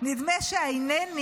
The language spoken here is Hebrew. נדמה ש"הינני"